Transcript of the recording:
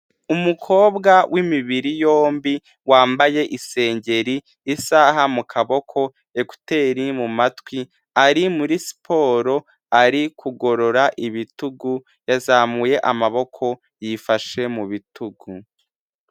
Umukobwa w'imibiri yombi wambaye isengeri, isaha mu kaboko, ekuteri mu matwi, ari muri siporo ari kugorora ibitugu yazamuye amaboko yifashe mu bitugu.